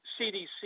CDC